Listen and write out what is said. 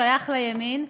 שייך לימין,